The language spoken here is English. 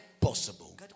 possible